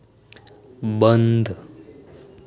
બંધ